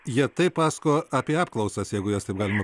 jie taip pasakojo apie apklausas jeigu jas taip galima